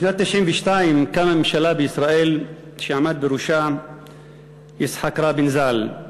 בשנת 1992 קמה ממשלה בישראל שעמד בראשה יצחק רבין ז"ל.